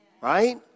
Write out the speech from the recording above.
Right